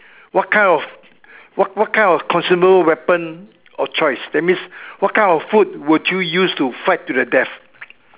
what kind of what what kind of consumable weapon of choice that means what kind of food would you use to fight to the death